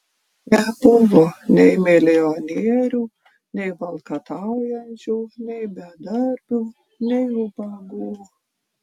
nebuvo nei milijonierių nei valkataujančių nei bedarbių nei ubagų